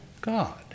God